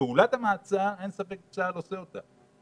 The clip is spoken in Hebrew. פעולת המעצר אין ספק שצה"ל עושה אותה.